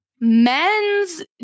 men's